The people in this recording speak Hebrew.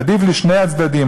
עדיף לשני הצדדים,